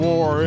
War